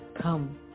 Come